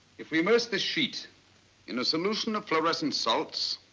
if we immerse this sheet in the solution of florescent salts,